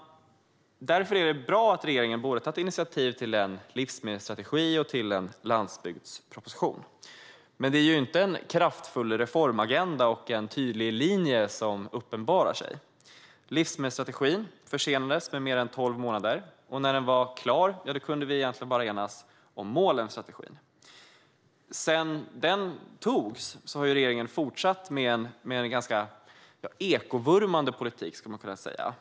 Därför är det bra att regeringen har tagit initiativ till en livsmedelsstrategi och landsbygdsproposition. Men det är inte en kraftfull reformagenda och en tydlig linje som uppenbarar sig. Livsmedelsstrategin försenades med mer än tolv månader, och när den var klar kunde vi egentligen bara enas om målen i strategin. Sedan den antogs har regeringen fortsatt med en ganska ekovurmande politik.